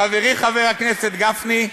חברי חבר הכנסת גפני,